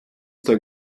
der